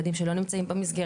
על ילדים שלא נמצאים במסגרת,